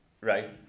right